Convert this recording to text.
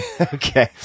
Okay